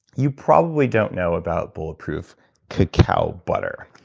you probably don't know about bulletproof cacao butter,